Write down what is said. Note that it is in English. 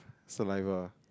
saliva